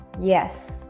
Yes